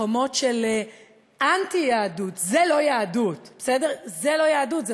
בחומות של אנטי-יהדות, זאת לא יהדות, בסדר?